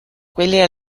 quelle